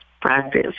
Practice